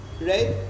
right